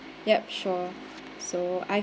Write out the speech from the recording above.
yup sure so I